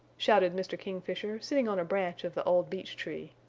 shouted mr. kingfisher, sitting on a branch of the old beech tree.